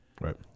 Right